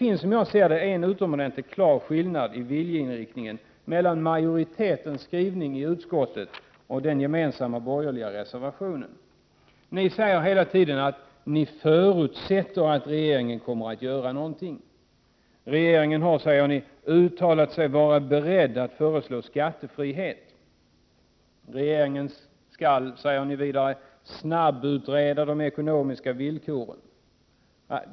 Men som jag ser det finns det en utomordentligt klar skillnad när det gäller viljeinriktningen mellan majoritetens skrivning och skrivningen i den gemensamma borgerliga reservationen. Ni säger hela tiden att ni förutsätter att regeringen kommer att göra någonting. Regeringen har, påstår ni, sagt sig vara beredd att föreslå skattefrihet. Ni säger vidare att regeringen skall snabbutreda de ekonomiska villkoren.